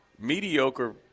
mediocre